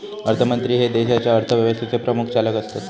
अर्थमंत्री हे देशाच्या अर्थव्यवस्थेचे प्रमुख चालक असतत